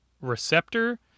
receptor